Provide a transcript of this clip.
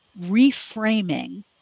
reframing